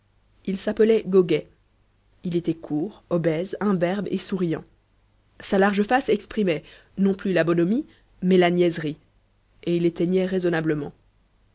il s'appelait goguet il était court obèse imberbe et souriant sa large face exprimait non plus la bonhomie mais la niaiserie et il était niais raisonnablement